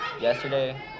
Yesterday